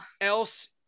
else